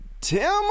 Tim